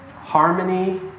harmony